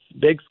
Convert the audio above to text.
Big